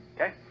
Okay